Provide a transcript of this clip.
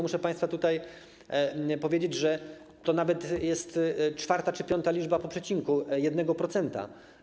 Muszę państwu powiedzieć, że to nawet jest czwarta czy piąta liczba po przecinku 1%.